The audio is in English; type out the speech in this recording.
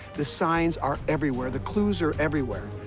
the signs are everywhere. the clues are everywhere.